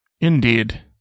Indeed